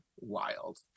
wild